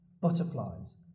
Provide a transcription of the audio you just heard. butterflies